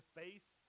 face